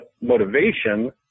motivation